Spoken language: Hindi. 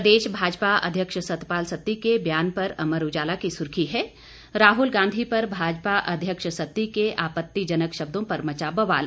प्रदेश भाजपा अध्यक्ष सतपाल सत्ती के बयान पर अमर उजाला की सुर्खी है राहुल गांधी पर भाजपा अध्यक्ष सत्ती के आपत्तिजनक शब्दों पर मचा बवाल